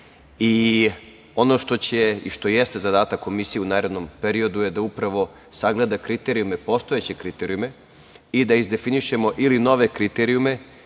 Ono što će biti i što jeste zadatak Komisije u narednom periodu je da upravo sagleda postojeće kriterijume i da izdefinišemo ili nove kriterijume